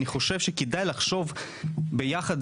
כדאי לחשוב ביחד,